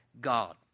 God